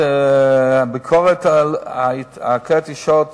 הביקורת בכלי התקשורת,